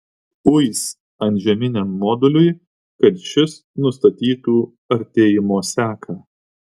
uis antžeminiam moduliui kad šis nustatytų artėjimo seką